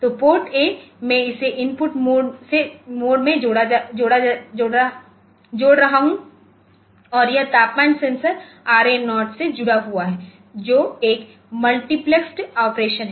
तो PORTA मैं इसे इनपुट मोड में जोड़ रहा हूं और यह तापमान सेंसर RA0 से जुड़ा हुआ है जो एक मल्टीप्लेक्स ऑपरेशन है